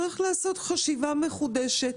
צריך לעשות חשיבה מחודשת.